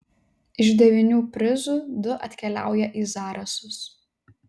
iš devynių prizų du atkeliauja į zarasus